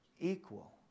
equal